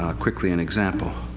um quickly, an example.